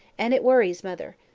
and it worries mother.